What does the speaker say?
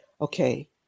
okay